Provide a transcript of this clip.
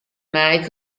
michael